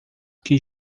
que